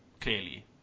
clearly